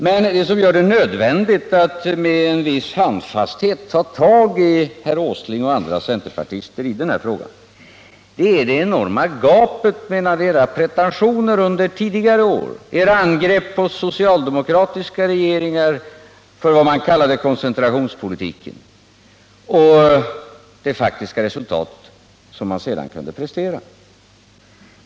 Men det som gör det nödvändigt att med en viss handfasthet ta tag i herr Åsling och andra centerpartister i den här frågan är det enorma gapet mellan era pretentioner under tidigare år, era angrepp på socialdemokratiska regeringar för vad man kallade koncentrationspolitiken, och det faktiska resultat som ni sedan kunde prestera.